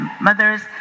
mothers